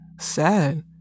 sad